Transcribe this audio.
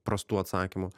prastų atsakymų